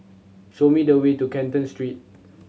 show me the way to Canton Street